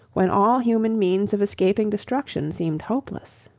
when all human means of escaping destruction seemed hopeless.